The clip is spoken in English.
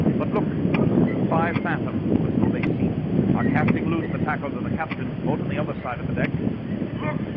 but look five fathoms for so they seen are casting loose attack over the the captain vote on the other side of the deck look